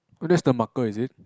oh that's the marker is it